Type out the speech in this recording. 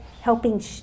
helping